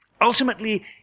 Ultimately